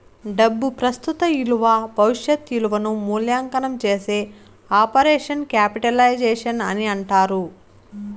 డబ్బు ప్రస్తుత ఇలువ భవిష్యత్ ఇలువను మూల్యాంకనం చేసే ఆపరేషన్ క్యాపిటలైజేషన్ అని అంటారు